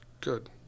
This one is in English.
Good